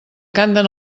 canten